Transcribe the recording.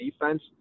defense